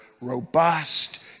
robust